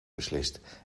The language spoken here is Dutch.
beslist